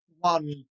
One